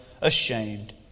ashamed